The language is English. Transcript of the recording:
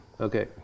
Okay